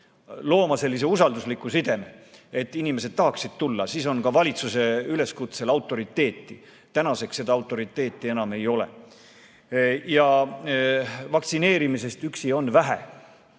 looma sellise usaldusliku sideme, et inimesed tahaksid [vaktsineerima] tulla. Siis on valitsuse üleskutsel autoriteeti. Tänaseks seda autoriteeti enam ei ole. Vaktsineerimisest üksi on vähe.